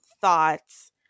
thoughts